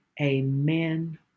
amen